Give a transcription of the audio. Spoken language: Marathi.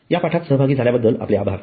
या पाठात सहभागी झाल्याबद्दल आपले आभार